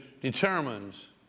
determines